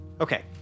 Okay